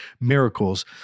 miracles